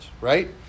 right